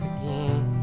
again